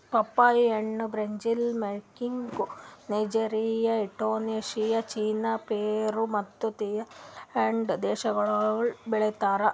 ಪಪ್ಪಾಯಿ ಹಣ್ಣ್ Brazil, Mexico, Nigeria, Indonesia, China, Peru ಮತ್ತ ಥೈಲ್ಯಾಂಡ್ ದೇಶಗೊಳ್ದಾಗ್ ಬೆಳಿತಾರ್